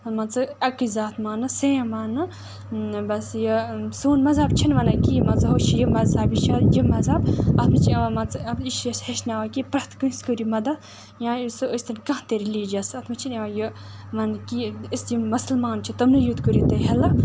مان ژٕ اَکٕے ذات ماننہٕ سیم ماننہٕ بَس یہِ سون مذہب چھِنہٕ وَنان کہِ مان ژٕ ہُہ چھِ یہِ مذہب یہِ چھِ یہِ مذہب اَتھ منٛز چھِ یِوان مان ژٕ یہِ چھِ اَسہِ ہیٚچھناوان کہِ پرٛٮ۪تھ کٲنٛسہِ کٔرِو مَدَد یا سُہ ٲسۍ تن کانٛہہ ریٚلِجَس اَتھ منٛز چھِنہٕ یِوان یہِ مَن کہِ أسۍ یِم مسلمان چھِ تِمنٕے یوت کٔرِو تُہۍ ہیٚلٕپ